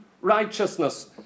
righteousness